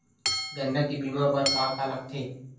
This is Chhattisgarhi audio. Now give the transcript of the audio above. गन्ना के बीमा बर का का लगथे?